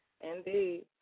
Indeed